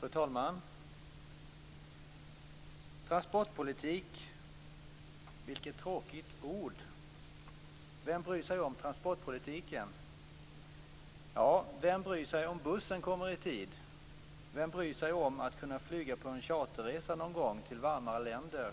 Fru talman! Transportpolitik - vilket tråkigt ord. Vem bryr sig om transportpolitiken? Ja, vem bryr sig om bussen kommer i tid? Vem bryr sig om att kunna flyga på en charterresa någon gång till varmare länder?